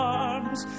arms